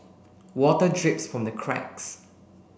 water drips from the cracks